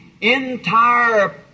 entire